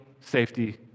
safety